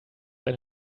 eine